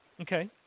Okay